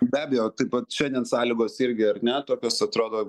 be abejo taip pat šiandien sąlygos irgi ar ne tokios atrodo